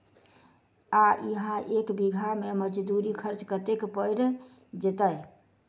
आ इहा एक बीघा मे मजदूरी खर्च कतेक पएर जेतय?